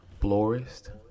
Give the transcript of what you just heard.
florist